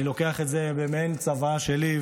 אני לוקח את זה כמעין צוואה שלי,